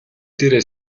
дээрээ